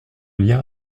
lien